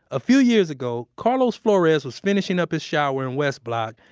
a few years ago, carlos flores was finishing up his shower in west block,